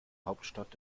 hauptstadt